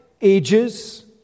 ages